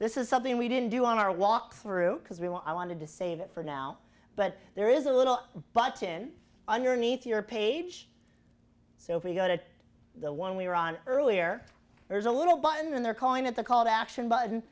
this is something we didn't do on our walk through because we wanted to save it for now but there is a little button underneath your page so if you go to the one we're on earlier there's a little button they're calling it the call to action button